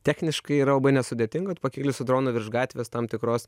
techniškai yra labai nesudėtinga tu pakyli su dronu virš gatvės tam tikros